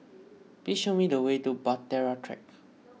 please show me the way to Bahtera Track